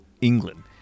England